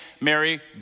Mary